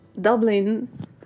Dublin